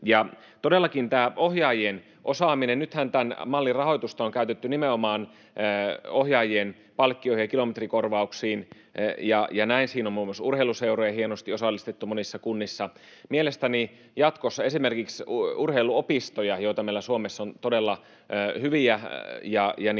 todellakin tämä ohjaajien osaaminen: Nythän tämän mallin rahoitusta on käytetty nimenomaan ohjaajien palkkioihin ja kilometrikorvauksiin ja näin. Siinä on muun muassa urheiluseuroja hienosti osallistettu monissa kunnissa. Mielestäni jatkossa esimerkiksi urheiluopistoja, joita meillä Suomessa on todella hyviä ja useita,